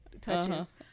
touches